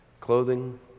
clothing